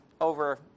over